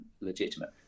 legitimate